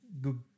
good